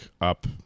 up